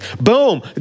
Boom